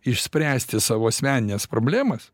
išspręsti savo asmenines problemas